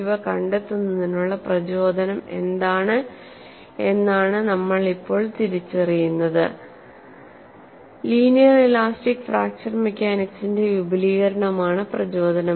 ഇവ കണ്ടെത്തുന്നതിനുള്ള പ്രചോദനം എന്താണ് എന്നതാണ് നമ്മൾ ഇപ്പോൾ തിരിച്ചറിയുന്നത് ലീനിയർ ഇലാസ്റ്റിക് ഫ്രാക്ചർ മെക്കാനിക്സിന്റെ വിപുലീകരണമാണ് പ്രചോദനം